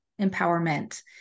empowerment